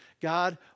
God